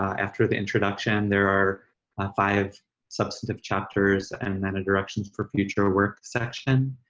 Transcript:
after the introduction there are five substantive chapters and and then a directions for future work section.